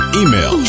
email